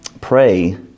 pray